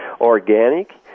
organic